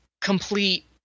complete